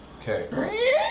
okay